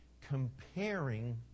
comparing